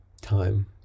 time